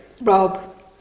Rob